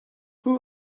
who